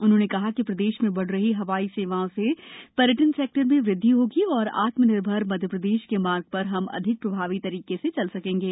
उन्होंने कहा है कि प्रदेश में बढ़ रही हवाई सेवाओं से पर्यटन सेक्टर में वृद्धि होगी और आत्म निर्भर मध्यप्रदेश के मार्ग पर हम अधिक प्रभावी तरीके से चल सकेंगे